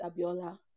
Abiola